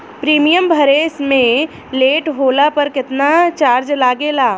Premium भरे मे late होला पर केतना चार्ज लागेला?